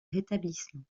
rétablissement